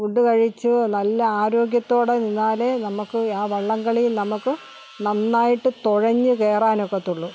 food കഴിച്ച് നല്ല ആരോഗ്യത്തോടെ നിന്നാലേ നമുക്ക് ആ വള്ളംകളി നമുക്ക് നന്നായിട്ട് തുഴഞ്ഞ് കയറാൻ ഒക്കത്തുള്ളൂ